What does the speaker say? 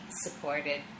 supported